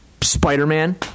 Spider-Man